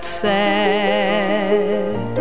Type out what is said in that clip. sad